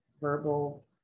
verbal